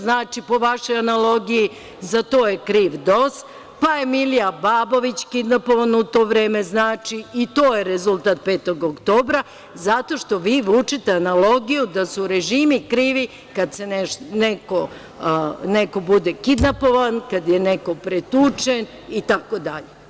Znači po vašoj analogiji za to je kriv DOS, pa je Milija Babović kidnapovan u to vreme, znači i to je rezultat 5. oktobra, zato što vi vučete analogiju da su režimi krivi kada neko bude kidnapovan, kad je neko pretučen itd.